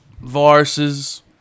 viruses